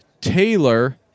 taylor